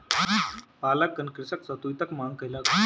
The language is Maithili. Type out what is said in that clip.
बालकगण कृषक सॅ तूईतक मांग कयलक